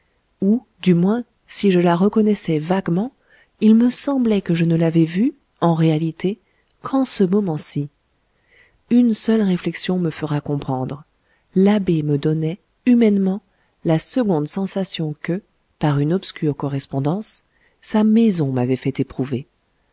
ou du moins si je la reconnaissais vaguement il me semblait que je ne l'avais vue en réalité qu'en ce moment-ci une seule réflexion me fera comprendre l'abbé me donnait humainement la seconde sensation que par une obscure correspondance sa maison m'avait fait éprouver